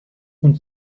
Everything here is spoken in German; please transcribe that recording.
und